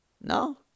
No